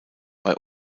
bei